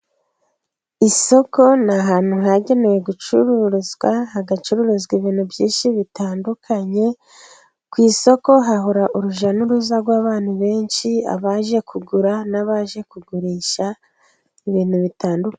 Isoko ni ahantu hagenewe gucururizwa, hagacururizwa ibintu byinshi bitandukanye, ku isoko hahora urujya n'uruza rw'abantu benshi, abaje kugura n'abaje kugurisha ibintu bitandukanye.